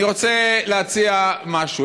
אני רוצה להציע משהו.